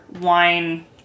wine